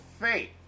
faith